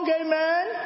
amen